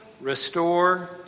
restore